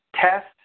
test